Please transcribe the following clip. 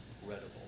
incredible